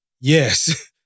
Yes